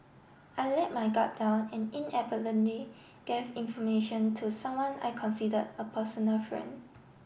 I let my guard down and inadvertently gave information to someone I considered a personal friend